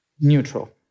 neutral